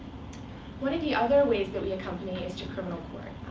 one of the other ways that we accompany is to criminal court.